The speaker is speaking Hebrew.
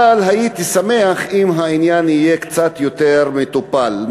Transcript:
אבל הייתי שמח אם העניין יהיה קצת יותר מטופל.